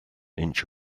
inch